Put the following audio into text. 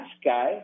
sky